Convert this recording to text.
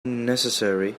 necessary